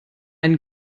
einen